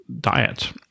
diet